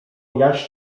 jaś